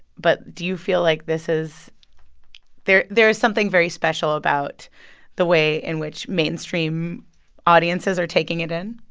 but do you feel like this is there there is something very special about the way in which mainstream audiences are taking it in?